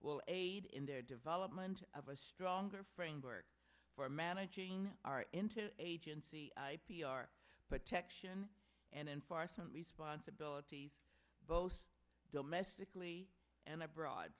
will aid in their development of a stronger framework for managing our into agency p r protection and enforcement responsibilities both domestically and abroad